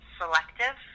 selective